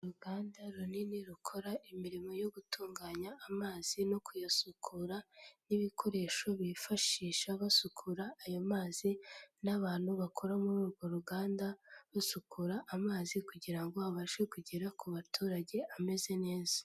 Uruganda runini rukora imirimo yo gutunganya amazi no kuyasukura n'ibikoresho bifashisha basukura ayo mazi n'abantu bakora muri urwo ruganda basukura amazi, kugira ngo abashe kugera ku baturage ameze neza.